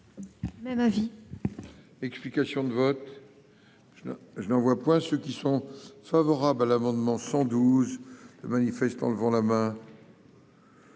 Même avis.